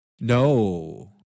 No